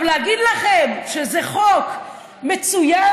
להגיד לכם שזה חוק מצוין?